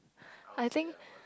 I think